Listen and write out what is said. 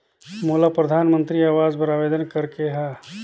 मोला परधानमंतरी आवास बर आवेदन करे के हा?